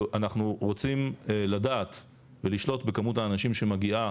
ואנחנו רוצים לדעת ולשלוט בכמות האנשים שמגיעה